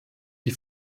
die